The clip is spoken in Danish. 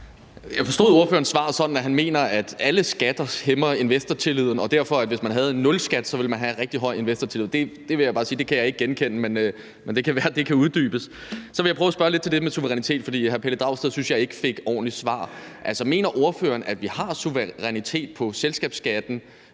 Jeg forstod ordførerens svar sådan, at han mener, at alle skatter hæmmer investortilliden, og hvis man havde nulskat, ville man derfor have rigtig høj investortillid. Det vil jeg bare sige at jeg ikke kan genkende, men det kan være, at det kan blive uddybet. Så vil jeg prøve at spørge lidt til det med suverænitet, for jeg synes ikke, at hr. Pelle Dragsted fik et ordentligt svar. Altså, mener ordføreren, at vi har suverænitet over selskabsskatten,